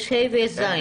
יש (ה) ויש (ז).